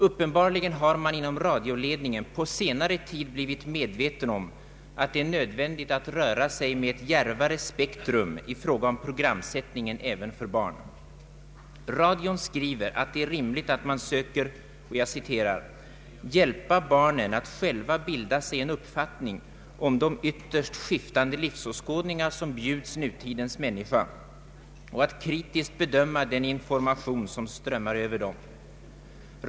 Uppenbarligen har man inom radioledningen på senare tid blivit medveten om att det är nödvändigt att röra sig med ett djärvare spektrum i fråga om programsättningen även för barn. Sveriges Radio skriver att det är rimligt att man söker ”hjälpa barnen att själva bilda sig en uppfattning om de ytterst skiftande livsåskådningar som bjuds nutidens människa och att kritiskt bedöma den information som strömmar över dem”.